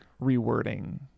rewording